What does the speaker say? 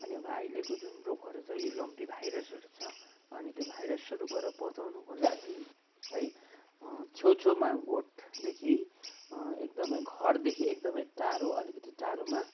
अनि अब आइलेको जुन रोगहरू छ यो लम्पी भाइरसहरू छ अनि त्यो भाइरसहरूबाट बचाउनको लागि है छेउ छेउमा गोठदेखि एकदमै घरदेखि एकदमै टाढो अलिकति टाढोमा